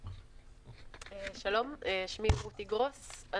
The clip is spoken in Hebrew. שלום, שמי רותי גרוס,